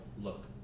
look